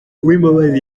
uwimbabazi